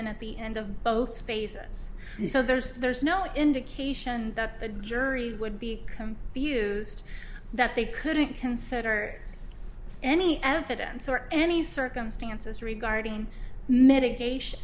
given at the end of both basis so there's there's no indication that the jury would become used that they couldn't consider any evidence or any circumstances regarding medication